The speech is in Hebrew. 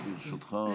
אז ברשותך,